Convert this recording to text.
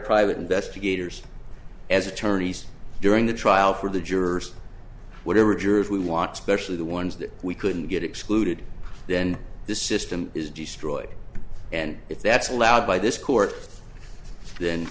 private investigators as attorneys during the trial for the jurors whatever jurors we want specially the ones that we couldn't get excluded then the system is destroyed and if that's allowed by this court th